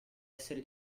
essere